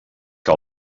que